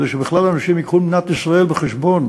כדי שבכלל אנשים במדינת ישראל ייקחו בחשבון